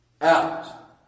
out